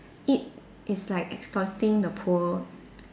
it is like exploiting the poor